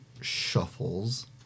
shuffles